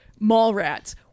Mallrats